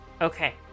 Okay